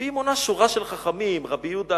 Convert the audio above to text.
והיא מונה שורה של חכמים: רבי יהודה,